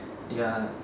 they are